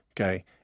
okay